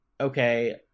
okay